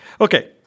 Okay